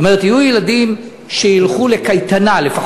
זאת אומרת,